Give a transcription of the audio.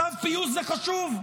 צו פיוס זה חשוב,